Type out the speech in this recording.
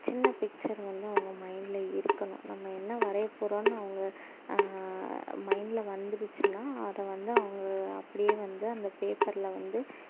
சின்ன பிக்ச்சர் வந்து அவங்க மைண்ட்டில் இருக்கணும் நம்ம என்ன வரையப் போகிறோம்னு அவங்க மைண்ட்டில் வந்துருச்சுனால் அதை வந்து அவங்க அப்படியே வந்து அந்த பேப்பரில் வந்து